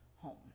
Home